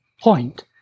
point